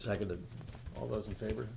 second of all those in favor